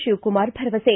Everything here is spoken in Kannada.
ಶಿವಕುಮಾರ್ ಭರವಸೆ